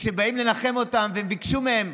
כשבאים לנחם אותם, והם ביקשו מהם: